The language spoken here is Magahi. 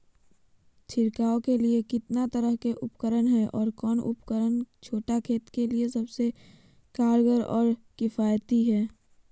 छिड़काव के लिए कितना तरह के उपकरण है और कौन उपकरण छोटा खेत के लिए सबसे कारगर और किफायती है?